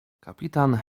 kapitan